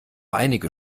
einige